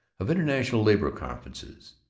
of international labor conferences.